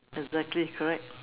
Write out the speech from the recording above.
exactly correct